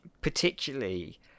particularly